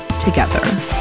together